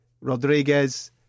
Rodriguez